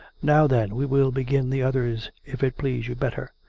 now then, we will begin the others, if it please you better.